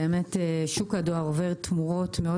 אכן בשנים האחרונות שוק הדואר עובר תמורות מאוד